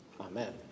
amen